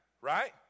right